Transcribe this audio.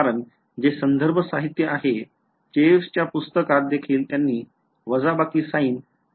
कारण जे संदर्भ साहित्य आहे चेवसच्या पुस्तकात देखील त्यांनी वजाबाकी sign घेतलेली आहे